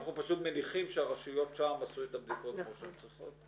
אנחנו פשוט מניחים שהרשויות שם עשו את הבדיקות כמו שהן צריכות?